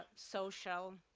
um social,